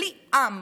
בלי עם